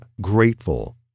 grateful